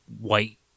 white